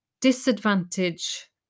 disadvantage